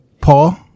Paul